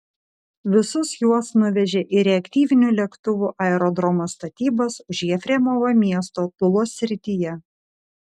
visus juos nuvežė į reaktyvinių lėktuvų aerodromo statybas už jefremovo miesto tulos srityje